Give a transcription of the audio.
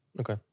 Okay